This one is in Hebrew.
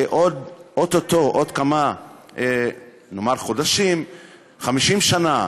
שאו-טו-טו, עוד כמה חודשים 50 שנה